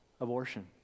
abortion